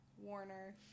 warner